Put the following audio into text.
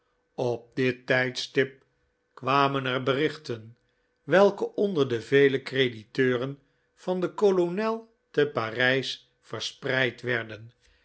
op dit tijdstip kwamen er berichten welke onder de vele crediteuren van den kolonel te parijs verspreid werden